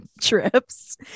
trips